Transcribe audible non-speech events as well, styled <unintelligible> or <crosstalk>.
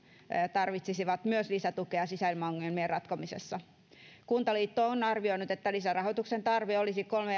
tarvitsisivat myös lisätukea sisäilmaongelmien ratkomisessa kuntaliitto on arvioinut että lisärahoituksen tarve olisi kolme <unintelligible>